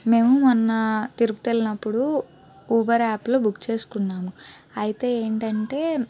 మేము మొన్న తిరుపతి వెళ్ళినప్పుడు ఉబెర్ యాప్లో బుక్ చేసుకున్నాము అయితే ఏంటంటే